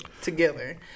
together